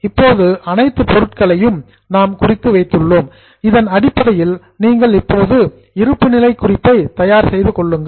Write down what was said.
இப்போது அனைத்து பொருட்களையும் நாம் குறித்து வைத்துள்ளோம் இதன் அடிப்படையில் நீங்கள் இப்போது இருப்பு நிலை குறிப்பை தயார் செய்து கொள்ளுங்கள்